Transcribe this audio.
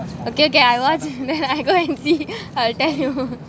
okay okay I watch I'll go and see I'll tell you